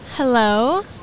Hello